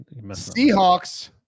Seahawks